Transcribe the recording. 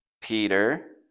Peter